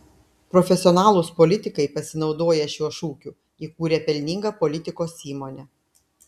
profesionalūs politikai pasinaudoję šiuo šūkiu įkūrė pelningą politikos įmonę